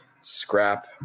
scrap